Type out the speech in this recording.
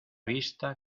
vista